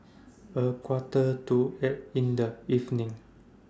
A Quarter to eight in The evening